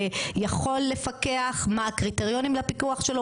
בחקיקה אנחנו תמיד מנסים לאזן בין זכויות.